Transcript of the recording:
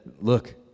look